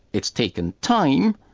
it's taken time,